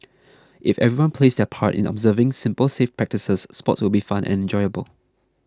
if everyone plays their part in observing simple safe practices sports will be fun and enjoyable